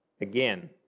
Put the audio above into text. again